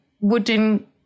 wooden